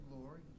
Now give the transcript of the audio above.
glory